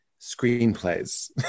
screenplays